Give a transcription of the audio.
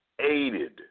aided